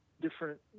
different